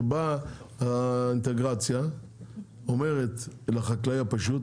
שבה האינטגרציה אומרת לחקלאי הפשוט,